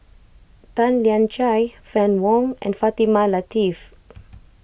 Tan Lian Chye Fann Wong and Fatimah Lateef